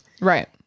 Right